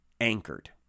anchored